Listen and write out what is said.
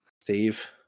Steve